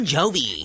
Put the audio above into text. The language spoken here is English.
Jovi